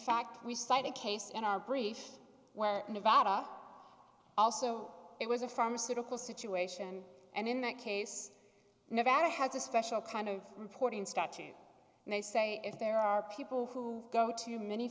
fact we cite a case in our brief where nevada also it was a pharmaceutical situation and in that case nevada has a special kind of reporting statute and they say if there are people who go to many